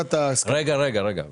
במהלך השבוע הזה,